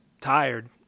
tired